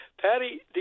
Patty